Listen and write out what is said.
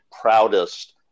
proudest